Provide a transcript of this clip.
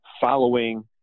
following